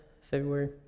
February